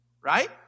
right